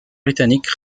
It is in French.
britanniques